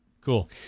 Cool